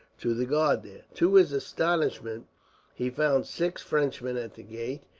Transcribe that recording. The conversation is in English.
to the guard there. to his astonishment he found six frenchmen at the gate,